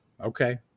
Okay